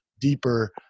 deeper